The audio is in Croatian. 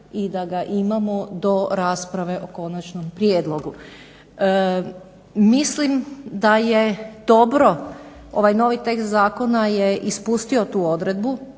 i da ga imamo do rasprave o konačnom prijedlogu. Mislim da je dobro ovaj novi tekst zakona je ispustio tu odredbu